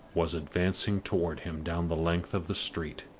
was advancing toward him down the length of the street.